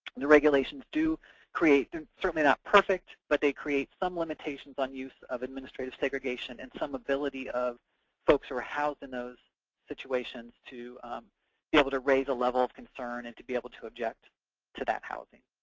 the regulations do create they're and certainly not perfect, but they create some limitations on use of administrative segregation, and some ability of folks who are housed in those situations to be able to raise a level of concern and to be able to object to that housing.